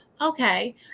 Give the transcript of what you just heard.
Okay